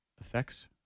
Effects